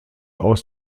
aus